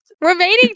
remaining